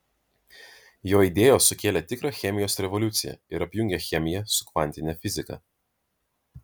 jo idėjos sukėlė tikrą chemijos revoliuciją ir apjungė chemiją su kvantine fiziką